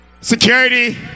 security